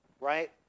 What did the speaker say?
right